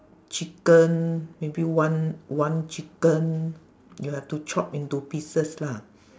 chicken maybe one one chicken you have to chop into pieces lah